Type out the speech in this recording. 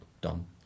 done